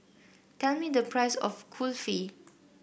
tell me the price of Kulfi